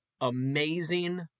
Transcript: amazing